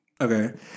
Okay